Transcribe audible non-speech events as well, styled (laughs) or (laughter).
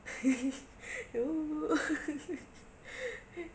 (laughs) (noise) (laughs)